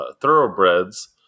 thoroughbreds